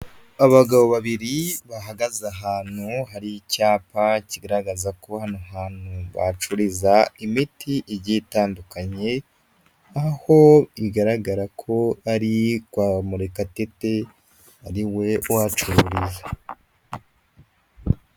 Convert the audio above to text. Abagabo babiri bahagaze ahantu hari icyapa kigaragaza ko hano hantu bacuriza imiti igitandukanye, aho bigaragara ko ari kwa Murekatete ari we uhacururiza.